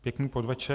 Pěkný podvečer.